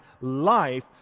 life